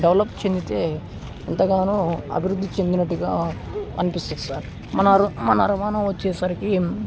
develop చెందితే ఎంతగానో అభివృద్ధి చెందినట్టుగా అనిపిస్తది సార్ మన మన అ రవాణ వచ్చేసరికి